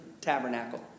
tabernacle